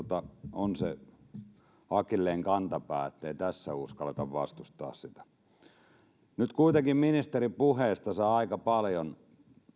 on se akilleenkantapää ettei tässä uskalleta vastustaa sitä nyt kuitenkin ministerin puheesta saa aika paljon